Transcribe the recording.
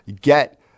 get